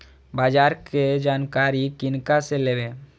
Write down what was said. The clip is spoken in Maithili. बाजार कै जानकारी किनका से लेवे?